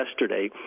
yesterday